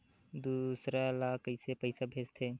दूसरा ला कइसे पईसा भेजथे?